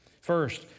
First